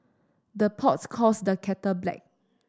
the pot calls the kettle black